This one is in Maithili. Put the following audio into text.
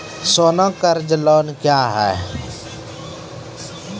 सोना कर्ज लोन क्या हैं?